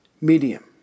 medium